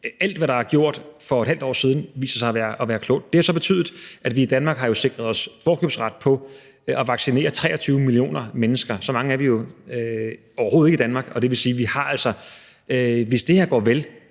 alt, hvad der er gjort for et halvt år siden, viser sig at være klogt. Det har så betydet, at vi i Danmark har sikret os forkøbsret på at vaccinere 23 millioner mennesker. Så mange er vi jo overhovedet ikke i Danmark, og det vil sige, at vi altså, hvis det her går vel,